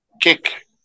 kick